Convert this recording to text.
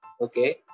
Okay